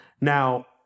Now